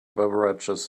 beverages